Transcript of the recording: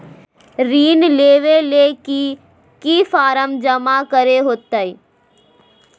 ऋण लेबे ले की की फॉर्म जमा करे होते?